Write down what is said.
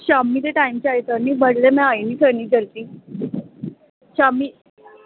शामीं दै टैम च आई सकनी बडलै में आई निं सकनी जल्दी शामीं